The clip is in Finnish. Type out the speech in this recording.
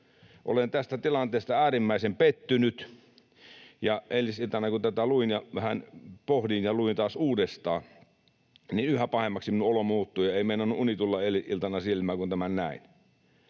Olen tästä tilanteesta äärimmäisen pettynyt, ja eilisiltana, kun tätä luin ja vähän pohdin ja luin taas uudestaan, yhä pahemmaksi minun oloni muuttui ja ei meinannut uni tulla eilen iltana silmään, kun tämän näin.